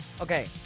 okay